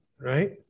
right